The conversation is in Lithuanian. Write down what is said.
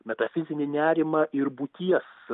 metafizinį nerimą ir būties